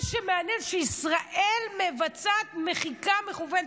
מה שמעניין, שישראל מבצעת מחיקה מכוונת.